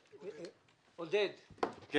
עודד פורר, בבקשה.